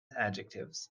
adjectives